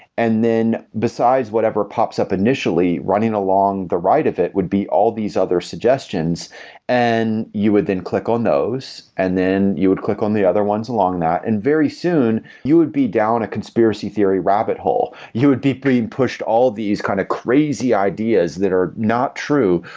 and then besides whatever pops up initially, running along the right of it would be all these other suggestions and you would then click on those and then you would click on the other ones along that. and very soon, you would be down a conspiracy theory rabbit hole. you would be and pushed all these kind of crazy ideas that are not true,